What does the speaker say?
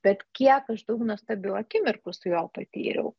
bet kiek aš daug nuostabių akimirkų su juo patyriau